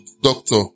doctor